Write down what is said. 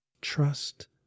Trust